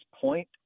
point